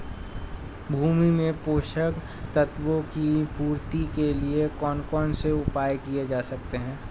भूमि में पोषक तत्वों की पूर्ति के लिए कौन कौन से उपाय किए जा सकते हैं?